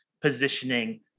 positioning